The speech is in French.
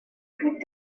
plus